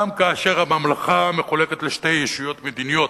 גם כאשר הממלכה מחולקת לשתי ישויות מדיניות,